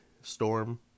Storm